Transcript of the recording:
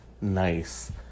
nice